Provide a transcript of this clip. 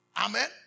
Amen